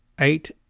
eight